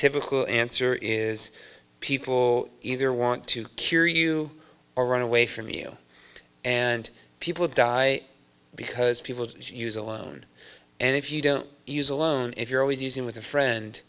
typical answer is people either want to cure you or run away from you and people die because people use alone and if you don't use alone if you're always using with a friend